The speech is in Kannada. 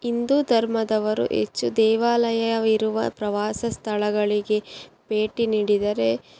ಹಿಂದೂ ಧರ್ಮದವರು ಹೆಚ್ಚು ದೇವಾಲಯವಿರುವ ಪ್ರವಾಸ ಸ್ಥಳಗಳಿಗೆ ಭೇಟಿ ನೀಡಿದರೆ